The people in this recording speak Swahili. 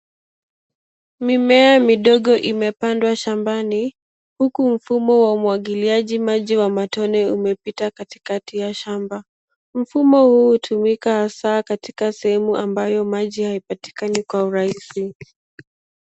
Mimea midogo imepandwa shambani huko mfumo wa umwagiliaji maji wa matone umepita katikati ya shamba. Mfumo huu hutumika hasa katika sehemu ambayo maji hayapatikani kwa urahisi.